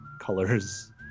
colors